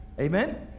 Amen